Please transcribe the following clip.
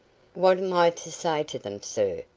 what am i to say to them, sir?